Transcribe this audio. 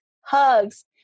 hugs